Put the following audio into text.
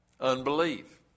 Unbelief